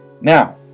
Now